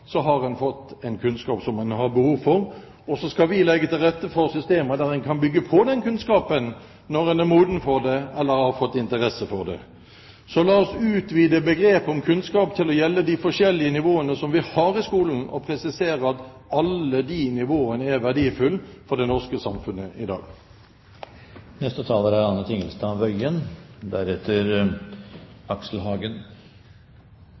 har en fått en kunnskap en har behov for. Så skal vi legge til rette for systemer der en kan bygge på den kunnskapen når en er moden for det, eller har fått interesse for det. La oss utvide begrepet «kunnskap» til å gjelde de forskjellige nivåene vi har i skolen, og presisere at alle de nivåene er verdifulle for det norske samfunnet i